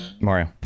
Mario